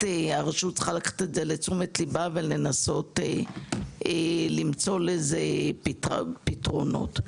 שהרשות צריכה לקחת אותם לתשומת לבה ולנסות ולמצוא להם פתרונות.